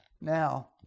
Now